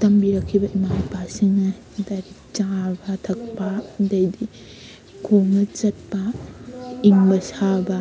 ꯇꯝꯕꯤꯔꯛꯈꯤꯕ ꯏꯃꯥ ꯏꯄꯥ ꯁꯤꯡꯅ ꯆꯥꯕ ꯊꯛꯄ ꯑꯗꯩꯗꯤ ꯈꯣꯡꯅ ꯆꯠꯄ ꯏꯪꯕ ꯁꯥꯕ